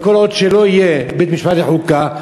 כל עוד לא יהיה בית-משפט לחוקה,